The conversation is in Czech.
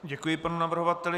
Děkuji panu navrhovateli.